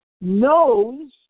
knows